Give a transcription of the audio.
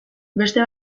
beste